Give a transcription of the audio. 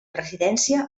residència